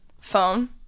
Phone